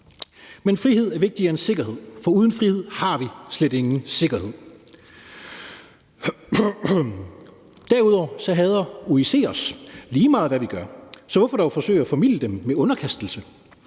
Men frihed er vigtigere end sikkerhed, for uden frihed har vi slet ingen sikkerhed. Derudover hader OIC os, lige meget hvad vi gør. Så hvorfor dog forsøge at formilde dem med underkastelse?